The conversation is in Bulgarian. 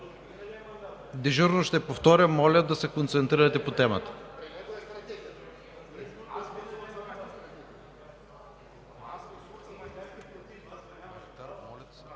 Дежурно ще повторя: моля да се концентрирате върху темата.